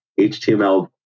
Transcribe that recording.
HTML